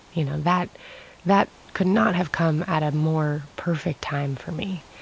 you know that that could not have come at a more perfect time for me.